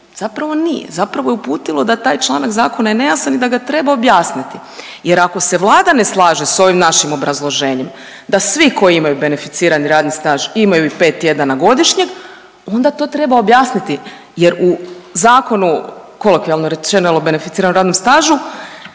zapravo nije. Zapravo je uputilo da taj članak zakona je nejasan i da ga treba objasniti jer ako se Vlada ne slaže s ovim našim obrazloženjem da svi koji imaju beneficirani radni staž imaju i 5 tjedana godišnjeg onda to treba objasniti jer u zakonu kolokvijalno rečeno jel o beneficiranom radnom stažu